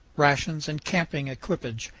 rations, and camping equipage.